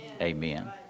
Amen